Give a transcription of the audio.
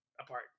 apart